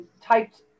typed